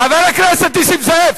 חבר הכנסת נסים זאב,